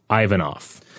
Ivanov